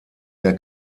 der